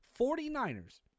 49ERS